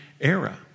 era